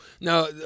Now